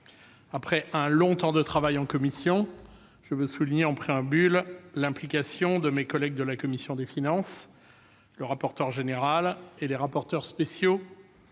après un long temps de travail en commission. Je veux souligner, en préambule, l'implication de mes collègues de la commission des finances, du rapporteur général et des rapporteurs spéciaux,